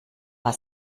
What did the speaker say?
war